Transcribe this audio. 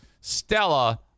Stella